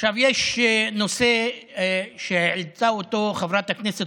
עכשיו יש נושא שהעלתה אותו חברת הכנסת